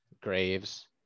Graves